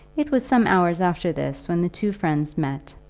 it was some hours after this when the two friends met,